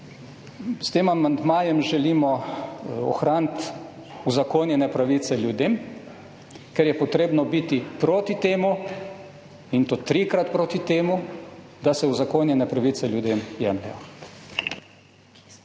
S tem amandmajem želimo ohraniti uzakonjene pravice ljudem, ker je potrebno biti proti temu, in to trikrat proti temu, da se uzakonjene pravice ljudem jemljejo.